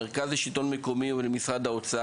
מרכז השלטון המקומי ומשרד האוצר,